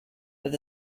with